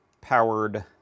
powered